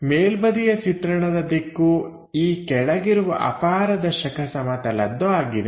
ಮೇಲ್ಬದಿಯ ಚಿತ್ರಣದ ದಿಕ್ಕು ಈ ಕೆಳಗಿರುವ ಅಪಾರದರ್ಶಕ ಸಮತಲದ್ದು ಆಗಿದೆ